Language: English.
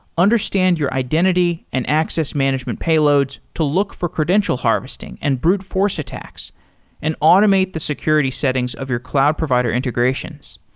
understand your identity and access management payloads to look for credential harvesting and brute force attacks and automate the security settings of your cloud provider integrations.